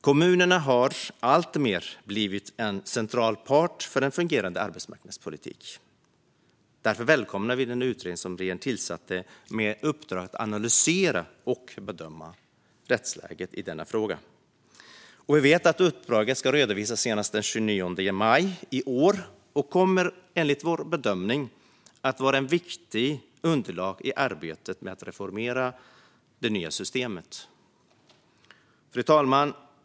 Kommunerna har alltmer blivit en central part för en fungerande arbetsmarknadspolitik. Därför välkomnar vi den utredning som regeringen har tillsatt med uppdrag att analysera och bedöma rättsläget i denna fråga. Vi vet att uppdraget ska redovisas senast den 29 maj i år, och det kommer enligt vår bedömning att vara ett viktigt underlag i arbetet med att reformera och utforma det nya systemet. Fru talman!